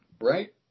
Right